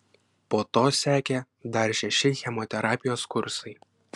po to sekė dar šeši chemoterapijos kursai